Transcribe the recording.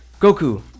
Goku